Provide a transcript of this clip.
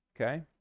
Okay